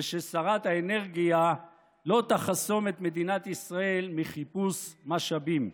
וששרת האנרגיה לא תחסום את מדינת ישראל מחיפוש משאבים.